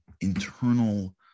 internal